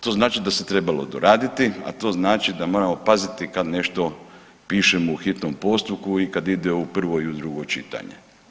To znači da se trebalo doraditi, a to znači da moramo paziti kad nešto pišemo u hitnom postupku i kad ide u prvo i u drugo čitanje.